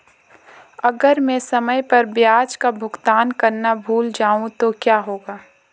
अगर मैं समय पर ब्याज का भुगतान करना भूल जाऊं तो क्या होगा?